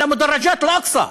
על מדרגות אל-אקצא.